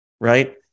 right